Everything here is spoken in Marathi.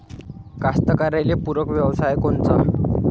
कास्तकाराइले पूरक व्यवसाय कोनचा?